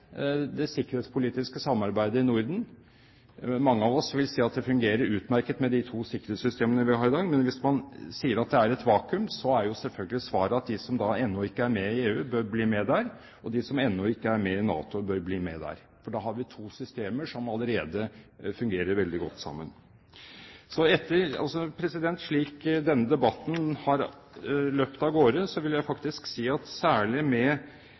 sikkerhetspolitiske samarbeidet i Norden – mange av oss vil si at det fungerer utmerket med de to sikkerhetssystemene vi har i dag – og hvis man sier at det er et vakuum, er jo selvfølgelig svaret at de som ennå ikke er med i EU, bør bli med der, og de som ennå ikke er med i NATO, bør bli med der. For da har vi to systemer som allerede fungerer veldig godt sammen. Slik denne debatten har løpt av gårde, må jeg nesten si, særlig ut fra omtalen av vår nåværende NATO-tilknytning som det gamle tankegodset, gamle tankebokser, og at